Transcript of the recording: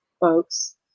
folks